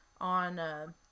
on